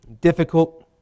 difficult